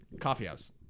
Coffeehouse